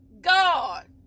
God